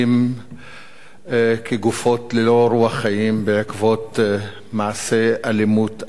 כגופות ללא רוח חיים בעקבות מעשי אלימות איומים.